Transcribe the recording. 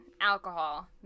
alcohol